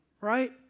right